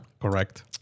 Correct